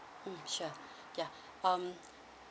mm sure ya um